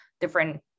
different